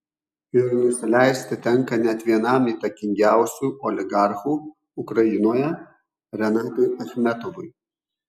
ir nusileisti tenka net vienam įtakingiausių oligarchų ukrainoje renatui achmetovui